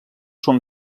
són